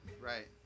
Right